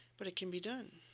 but it can be done.